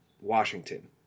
Washington